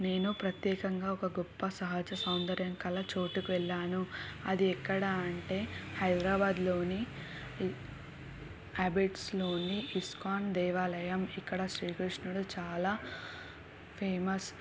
నేను ప్రత్యేకంగా ఒక గొప్ప సహజ సౌందర్యం కల చోటుకు వెళ్ళాను అది ఎక్కడ అంటే హైదరాబాద్లోని అబిడ్స్లోని ఇస్కాన్ దేవాలయం ఇక్కడ శ్రీకృష్ణుడు చాలా ఫేమస్